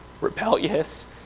rebellious